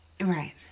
Right